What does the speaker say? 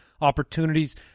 opportunities